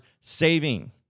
saving